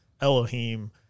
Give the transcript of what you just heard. Elohim